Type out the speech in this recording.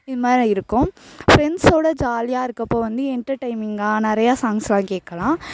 இதுமாதிரி இருக்கும் ஃப்ரெண்ஸோட ஜாலியாக இருக்கறப்போ வந்து என்டர்டைமிங்காக நிறையா சாங்க்ஸ் எல்லாம் கேட்கலாம்